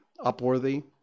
Upworthy